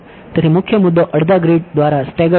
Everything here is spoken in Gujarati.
તેથી મુખ્ય મુદ્દો અડધા ગ્રીડ દ્વારા સ્ટેગર્ડ છે